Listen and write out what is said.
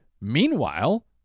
Meanwhile